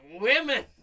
Women